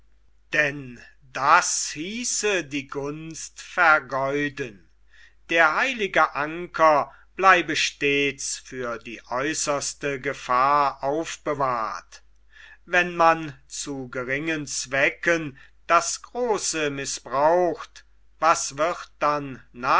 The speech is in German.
denn das hieße die gunst vergeuden das heilige anker bleibe stets für die äußerste gefahr aufbewahrt wenn man zu geringen zwecken das große mißbraucht was wird dann